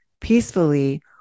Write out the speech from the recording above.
peacefully